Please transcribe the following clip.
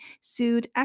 sued